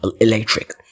electric